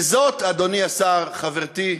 וזאת, אדוני השר, חברתי,